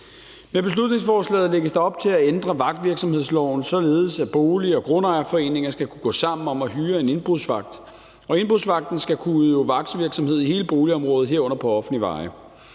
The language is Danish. Med beslutningsforslaget lægges der op til at ændre vagtvirksomhedsloven således, at boliger og grundejerforeninger skal kunne gå sammen om at hyre en indbrudsvagt, og indbrudsvagten skal kunne udøve vagtvirksomhed i hele boligområdet, herunder på offentlige veje.